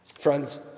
Friends